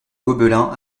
gobelins